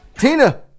Tina